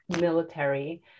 military